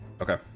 Okay